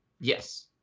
Yes